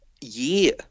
year